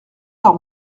par